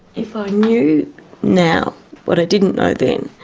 if i knew now what i didn't know then,